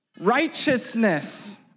righteousness